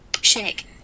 Shake